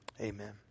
Amen